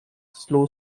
slow